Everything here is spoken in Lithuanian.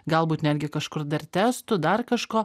galbūt netgi kažkur dar testų dar kažko